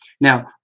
Now